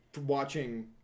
watching